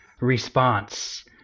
response